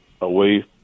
away